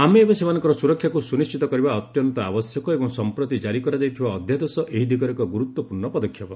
ଆମେ ସେମାନଙ୍କର ସୁରକ୍ଷାକୁ ସ୍ୱନିଶ୍ଚିତ କରିବା ଅତ୍ୟନ୍ତ ଆବଶ୍ୟକ ଏବଂ ସମ୍ପ୍ରତି କାରି କରାଯାଇଥିବା ଅଧ୍ୟାଦେଶ ଏହି ଦିଗରେ ଏକ ଗୁରୁତ୍ୱପୂର୍ଣ୍ଣ ପଦକ୍ଷେପ